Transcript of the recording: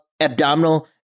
abdominal